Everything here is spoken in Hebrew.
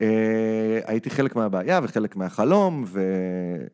הייתי חלק מהבעיה וחלק מהחלום.